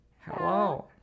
Hello